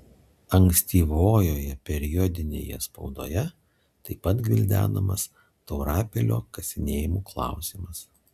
ankstyvojoje periodinėje spaudoje taip pat gvildenamas taurapilio kasinėjimų klausimas